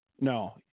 No